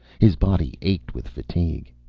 his body ached with fatigue.